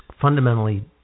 fundamentally